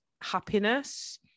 happiness